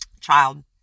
child